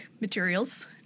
materials